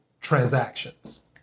transactions